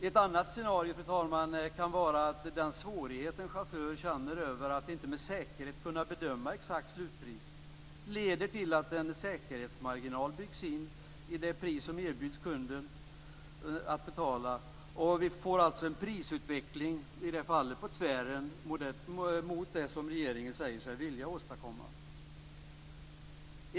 Ett annat scenario, fru talman, kan vara att den svårighet en chaufför känner över att inte med säkerhet kunna bedöma exakt slutpris leder till att en säkerhetsmarginal byggs in i det pris som kunden erbjuds att betala. Vi får alltså i det fallet en prisutveckling som går på tvären mot det som regeringen säger sig vilja åstadkomma.